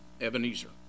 Ebenezer